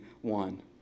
one